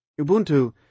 Ubuntu